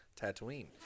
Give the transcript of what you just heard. Tatooine